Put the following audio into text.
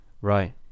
Right